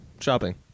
shopping